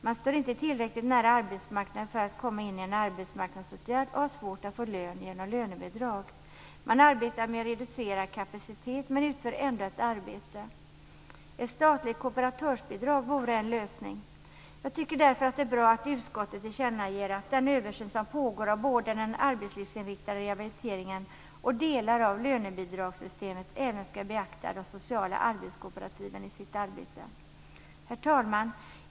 Man står inte tillräckligt nära arbetsmarknaden för att komma in i en arbetsmarknadsåtgärd och har svårt att få lön genom lönebidrag. Man arbetar med reducerad kapacitet men utför ändå ett arbete. Ett statligt kooperatörsbidrag vore en lösning. Jag tycker därför att det är bra att utskottet tillkännager att den översyn som pågår av både den arbetslivsinriktade rehabiliteringen och delar av lönebidragssystemet även ska beakta de sociala arbetskooperativen i sitt arbete. Herr talman!